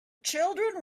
children